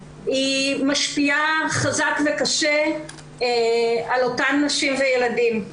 משפיעה חזק וקשה על אותן נשים וילדים.